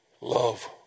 love